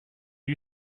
you